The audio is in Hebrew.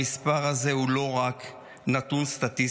המספר הזה הוא לא רק נתון סטטיסטי,